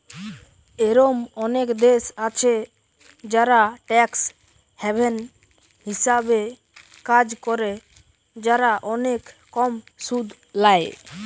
এরোম অনেক দেশ আছে যারা ট্যাক্স হ্যাভেন হিসাবে কাজ করে, যারা অনেক কম সুদ ল্যায়